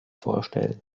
vorstellen